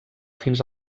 fins